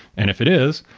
and if it is,